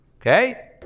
okay